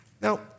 Now